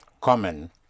Common